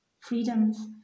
freedoms